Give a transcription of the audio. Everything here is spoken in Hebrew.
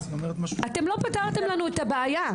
אתם לא פתרתם לנו את הבעיה.